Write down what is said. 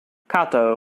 cato